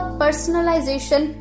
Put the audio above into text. personalization